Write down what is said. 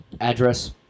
address